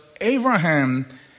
Abraham